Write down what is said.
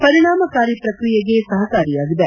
ಪರಿಣಾಮಕಾರಿ ಪ್ರಕ್ರಿಯೆಗೆ ಸಹಕಾರಿಯಾಗಿದೆ